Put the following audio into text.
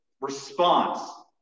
response